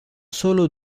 solo